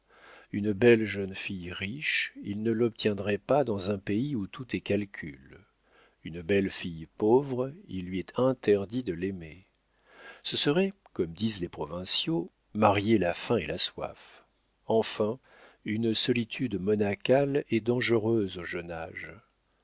une belle jeune fille riche il ne l'obtiendrait pas dans un pays où tout est calcul une belle fille pauvre il lui est interdit de l'aimer ce serait comme disent les provinciaux marier la faim et la soif enfin une solitude monacale est dangereuse au jeune âge